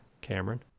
Cameron